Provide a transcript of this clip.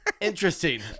Interesting